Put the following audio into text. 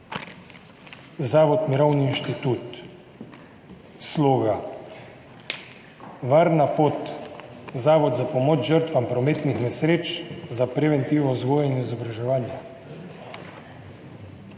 zavod Mirovni inštitut, SLOGA, Varna pot, Zavod za pomoč žrtvam prometnih nesreč, preventivo, vzgojo in izobraževanje.